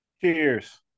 Cheers